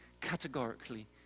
categorically